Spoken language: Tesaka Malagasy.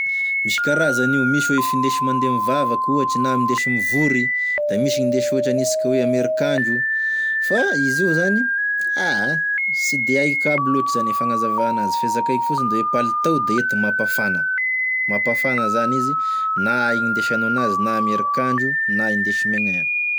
Misy karazany io, misy oe findesy mandeha mivavaky ohatry na mindesy mivory da misy gn'indesy ohatry gn'aniasika amin'ny erikandro, fa izy io zany ah ah ah sy de haiko aby lôtry zany e fagnazavà anazy fa e zakaiko fotsiny zany oe e palitao de enti-mampafana, mampafana zany izy na aia gn'indesanao anazy na ame erikandro na indesy megn'aia.